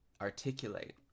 articulate